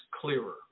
clearer